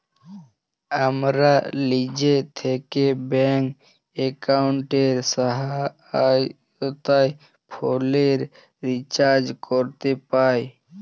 আমরা লিজে থ্যাকে ব্যাংক এক্কাউন্টের সহায়তায় ফোলের রিচাজ ক্যরতে পাই